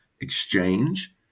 Exchange